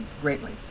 greatly